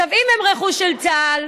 אם הם רכוש של צה"ל,